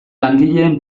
langileen